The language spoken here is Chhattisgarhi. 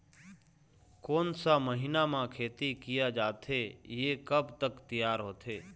कोन सा महीना मा खेती किया जाथे ये कब तक तियार होथे?